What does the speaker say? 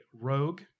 Rogue